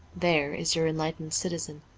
there is your enlightened citizen.